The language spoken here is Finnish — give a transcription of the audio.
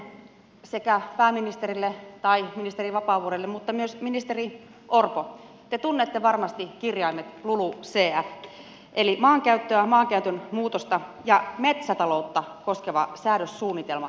toinen on pääministerille tai ministeri vapaavuorelle mutta ministeri orpo myös te tunnette varmasti kirjaimet lulucf eli se on maankäyttöä maankäytön muutosta ja metsätaloutta koskeva säädössuunnitelma